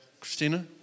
Christina